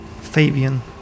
Fabian